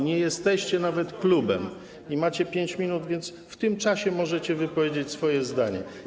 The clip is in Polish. Nie jesteście nawet klubem i macie 5 minut, więc w tym czasie możecie wypowiedzieć swoje zdanie.